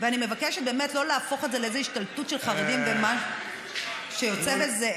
ואני מבקשת באמת שלא להפוך את זה לאיזו השתלטות של חרדים ומה שיוצא בזה,